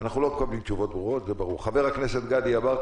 אם חושבים על זה, זה גם הרבה יותר הגיוני.